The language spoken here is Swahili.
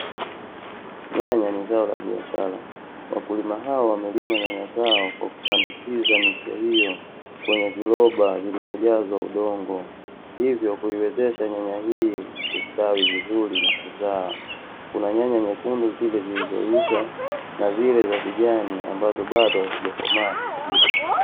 Nyanya ni zao la biashara. Wakulima hawa wamelima nyanya zao kwa kupandikiza miche hiyo kwenye viroba vilivyojazwa udongo, hivyo kuiwezesha nyanya hii kusitawi vizuri na kuzaa. Kuna nyanya nyekundu zile zilizoiva, na zile za kijani ambazo bado hazijakomaa kuliwa.